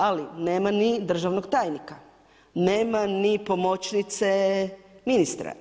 Ali nema ni državnog tajnika, nema ni pomoćnice ministra.